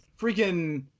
freaking